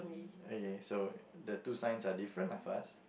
okay so the two signs are different lah first